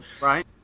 right